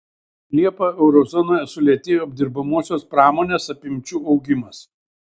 liepą euro zonoje sulėtėjo apdirbamosios pramonės apimčių augimas